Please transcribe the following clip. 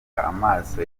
amaso